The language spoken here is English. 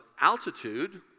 altitude